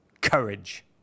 courage